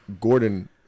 Gordon